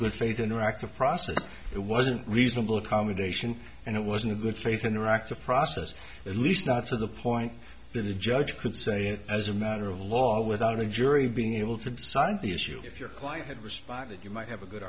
good faith interactive process it wasn't reasonable accommodation and it wasn't a good faith interactive process at least not to the point that a judge could say as a matter of law without a jury being able to decide the issue if your client was that you might have a good